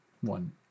One